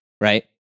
right